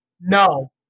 No